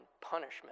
punishment